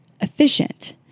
efficient